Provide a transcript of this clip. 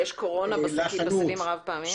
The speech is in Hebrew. שיש קורונה בסלים הרב פעמיים?